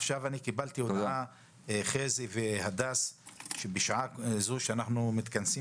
עכשיו קיבלתי הודעה שבשעה זו שאנחנו מתכנסים